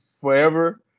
forever